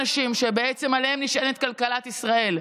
אלה האנשים שבעצם עליהם נשענת כלכלת ישראל,